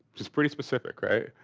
which is pretty specific, right?